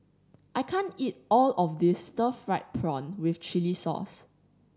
I can't eat all of this stir fried prawn with chili sauce